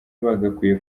bagakwiye